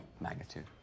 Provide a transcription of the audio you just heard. Magnitude